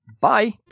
Bye